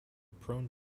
prone